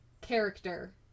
character